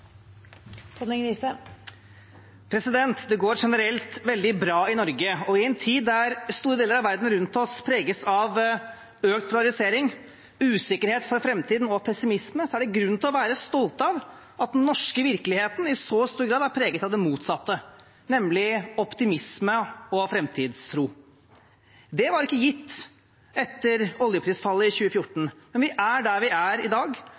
inne. Det går generelt veldig bra i Norge. I en tid da store deler av verden rundt oss preges av økt polarisering, usikkerhet for framtiden og pessimisme, er det grunn til å være stolt av at den norske virkeligheten i så stor grad er preget av det motsatte, nemlig av optimisme og av framtidstro. Det var ikke gitt etter oljeprisfallet i 2014, men vi er der vi er i dag